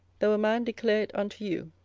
though a man declare it unto you.